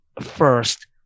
first